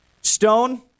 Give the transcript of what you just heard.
Stone